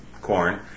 corn